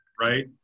right